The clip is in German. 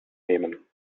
nehmen